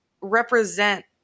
represent